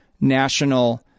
national